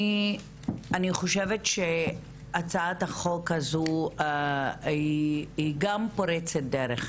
אני חושבת שהצעת החוק הזאת היא גם פורצת דרך.